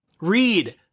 read